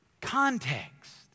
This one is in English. Context